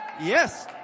Yes